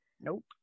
Nope